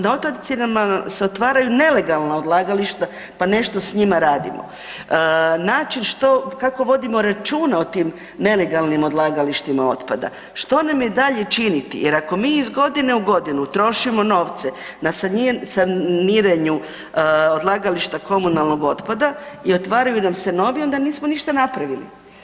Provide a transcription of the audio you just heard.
Na otocima se otvaraju nelegalna odlagališta pa nešto s njima radimo, način kako vodimo računa o tim nelegalnim odlagalištima otpada, što nam je dalje činiti jer ako mi iz godine u godinu trošimo novce na saniranje odlagališta komunalnog otpada i otvaraju nam se novi onda nismo ništa napravili.